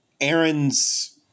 Aaron's